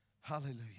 Hallelujah